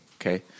okay